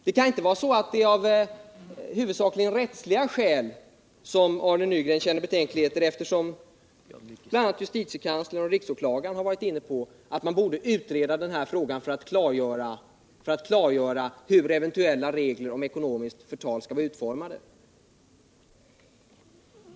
Det kan inte vara av huvudsakligen rättsskäl som Arne Nygren har betänkligheter, eftersom bl.a. justitiekanslern och riksåklagaren har varit inne på tanken att man borde utreda frågan för att klargöra hur eventuella regler om ansvar för ekonomiskt förtal skall vara utformade.